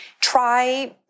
try